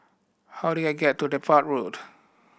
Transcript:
how do I get to Depot Road